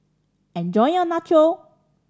enjoy your Nacho